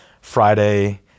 Friday